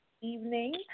evening